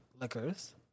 liquors